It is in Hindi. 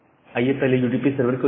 आइए पहले यूडीपी सर्वर को देखें